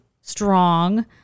strong